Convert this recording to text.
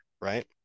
right